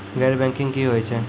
गैर बैंकिंग की होय छै?